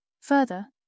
Further